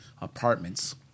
apartments